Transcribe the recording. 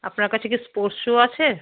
আপনার কাছে কি স্পোর্টস শ্যু আছে